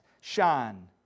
shine